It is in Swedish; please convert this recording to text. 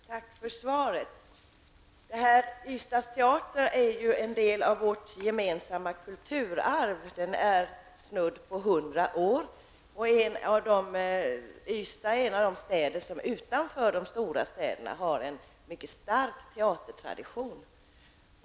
Herr talman! Tack för svaret, utbildningsministern. Ystads teater är ju en del av vårt gemensamma kulturarv. Den är snudd på 100 år gammal. Ystad är en av de städer utanför de stora städerna som har en mycket stark teatertradition.